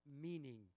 meaning